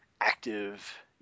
active